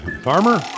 Farmer